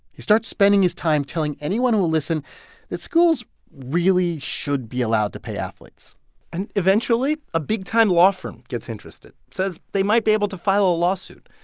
he starts spending his time telling anyone who will listen that schools really should be allowed to pay athletes and eventually, a big-time law firm gets interested, says they might be able to file a lawsuit.